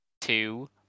two